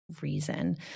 reason